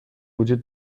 وجود